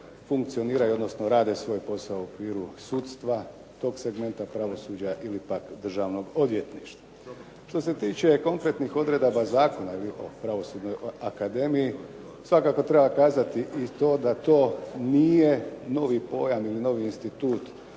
funkcioniraju, odnosno rade svoj posao u okviru sudstva, tog segmenta, pravosuđa ili pak državnog odvjetništva. Što se tiče konkretnih odredaba zakona ili o pravosudnoj akademiji svakako treba kazati i to da to nije novi pojam ili novi institut